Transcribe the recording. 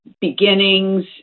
beginnings